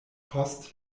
post